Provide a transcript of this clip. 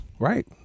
right